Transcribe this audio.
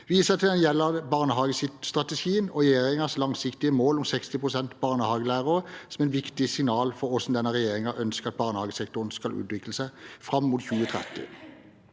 viser jeg til den gjeldende barnehagestrategien og regjeringens langsiktige mål om 60 pst. barnehagelærere som et viktig signal for hvordan denne regjeringen ønsker at barnehagesektoren skal utvikle seg fram mot 2030.